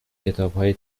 کتابهای